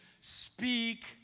speak